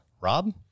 Rob